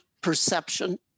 perception